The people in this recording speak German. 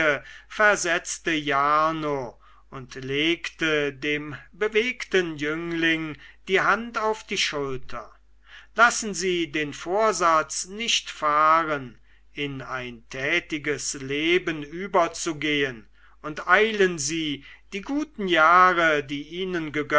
versetzte jarno und legte dem bewegten jüngling die hand auf die schulter lassen sie den vorsatz nicht fahren in ein tätiges leben überzugehen und eilen sie die guten jahre die ihnen